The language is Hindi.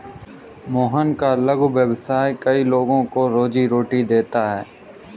मोहन का लघु व्यवसाय कई लोगों को रोजीरोटी देता है